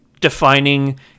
defining